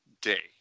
day